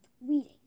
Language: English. weeding